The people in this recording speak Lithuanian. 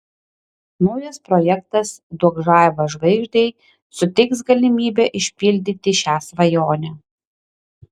naujas projektas duok žaibą žvaigždei suteiks galimybę išpildyti šią svajonę